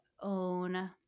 own